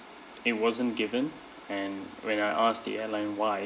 it wasn't given and when I asked the airline why